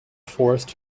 forest